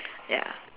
ya